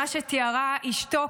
כפי מה שתיארה אשתו,